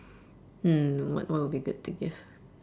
hmm what what would be good to give